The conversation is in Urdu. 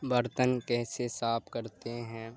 برتن کیسے صاف کرتے ہیں